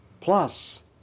Plus